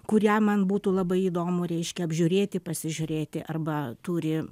kurią man būtų labai įdomu reiškia apžiūrėti pasižiūrėti arba turi